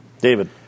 David